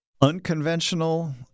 unconventional